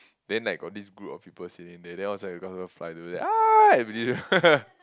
then like got this group of people staying there then was like because of the fly towards them ah everyday